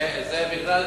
אל תגיד שהאמנו.